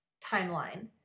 timeline